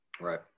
Right